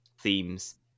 themes